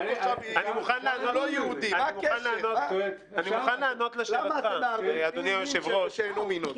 יהודי למה אתם מערבבים מין שבאינו מינו.